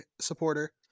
supporter